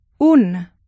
Un